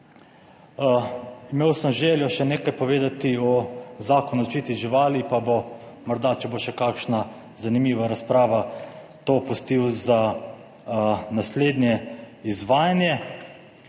Imel sem željo še nekaj povedati o Zakonu o zaščiti živali, pa bo morda, če bo še kakšna zanimiva razprava, to pustil za naslednje izvajanje.